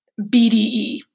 BDE